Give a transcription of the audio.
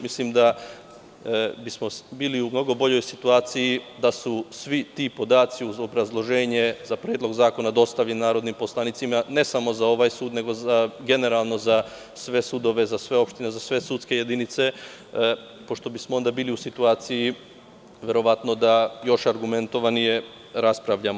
Mislim da bismo bili u mnogo boljoj situaciji da su svi ti podaci uz obrazloženje za predlog zakona dostavljeni narodnim poslanicima, ne samo za ovaj sud nego, generalno, za sve sudove, za sve opštine, za sve sudske jedinice, pošto bi smo onda bili u situaciji verovatno da još argumentovanije raspravljamo.